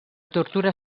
tortura